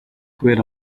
kubera